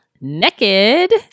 naked